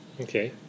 Okay